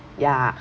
ya